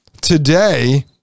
today